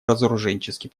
разоруженческий